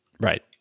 Right